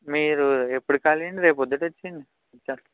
మీరు ఎప్పుడు ఖాళీ అండి రేపు ప్రొద్దున వచ్చేయండి ఇచ్చేస్తాను